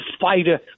fighter